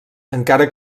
encara